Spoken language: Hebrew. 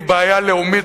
היא בעיה לאומית,